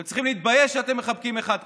אתם צריכים להתבייש שאתם מחבקים אחד כזה.